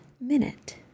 minute